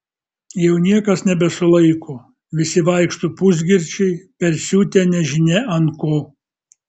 jau niekas nebesulaiko visi vaikšto pusgirčiai persiutę nežinia ant ko